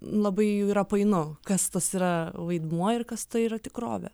labai jau yra painu kas tas yra vaidmuo ir kas ta yra tikrovė